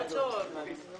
הצעה לסדר.